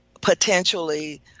potentially